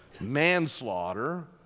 manslaughter